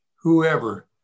Whoever